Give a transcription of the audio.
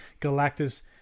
Galactus